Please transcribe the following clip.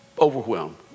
overwhelmed